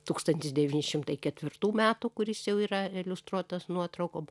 tūkstantis devyni šimtai ketvirtų metų kuris jau yra iliustruotas nuotraukom